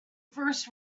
first